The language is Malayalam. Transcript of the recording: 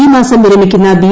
ഈ മാസം വിരമിക്കുന്ന ബി